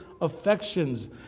affections